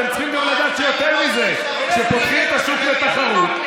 אתם צריכים לדעת שיותר מזה: כשפותחים את השוק לתחרות,